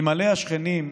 אלמלא השכנים,